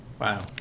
Wow